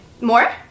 more